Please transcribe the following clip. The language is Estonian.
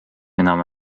enam